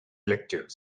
lecture